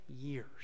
years